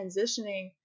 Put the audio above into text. transitioning